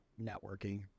networking